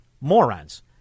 morons